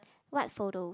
what photo